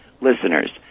listeners